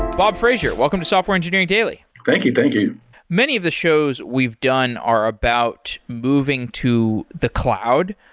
bob fraser, welcome to software engineering daily thank you, thank you many of the shows we've done are about moving to the cloud,